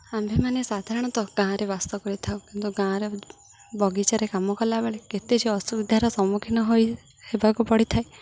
ଆମ୍ଭେମାନେ ସାଧାରଣତଃ ଗାଁରେ ବାସ କରିଥାଉ କିନ୍ତୁ ଗାଁରେ ବଗିଚାରେ କାମ କଲାବେଳେ କେତେ ଯେ ଅସୁବିଧାର ସମ୍ମୁଖୀନ ହୋଇ ହେବାକୁ ପଡ଼ିଥାଏ